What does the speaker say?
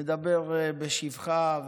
נדבר בשבחה,